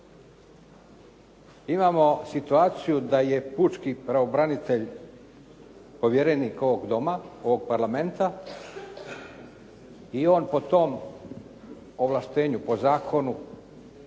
Imamo situaciju da je pučki pravobranitelj povjerenik ovog Doma, ovog parlamenta i on po tom ovlaštenju, po zakonu,